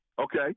Okay